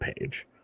page